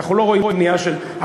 אנחנו לא רואים בנייה של ארבע,